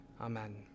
amen